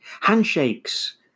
Handshakes